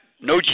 no